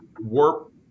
Warp